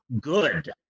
good